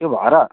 त्यो भएर